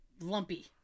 Lumpy